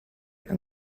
yng